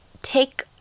take